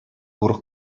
урӑх